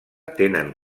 tenen